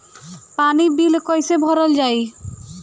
पानी बिल कइसे भरल जाई?